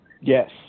Yes